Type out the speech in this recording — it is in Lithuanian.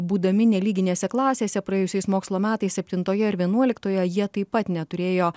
būdami nelyginėse klasėse praėjusiais mokslo metais septintoje ir vienuoliktoje jie taip pat neturėjo